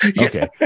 Okay